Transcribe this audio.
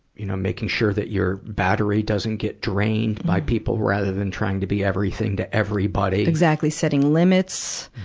you know, making sure that you're battery doesn't get drained by people rather than trying to be everything to everybody exactly. setting limits,